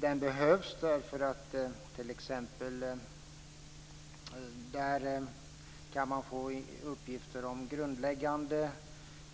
Den behövs därför att man i den kan få uppgifter om grundläggande